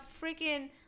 freaking